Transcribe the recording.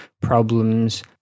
problems